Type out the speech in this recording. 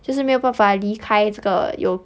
就是没有办法离开这个有